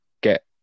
get